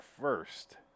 first